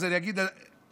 אז אני אגיד "בנטים".